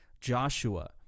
Joshua